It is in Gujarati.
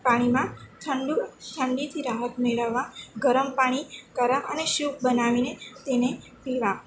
પાણીમાં ઠંડુ ઠંડીથી રાહત મેળવવા ગરમ પાણી કરીશ અને શુપ બનાવીને તેને પીશ